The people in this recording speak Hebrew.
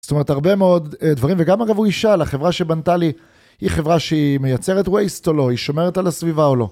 זאת אומרת, הרבה מאוד דברים, וגם אגב, הוא ישאל: החברה שבנתה לי, היא חברה שהיא מייצרת waste או לא, היא שומרת על הסביבה או לא.